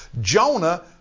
Jonah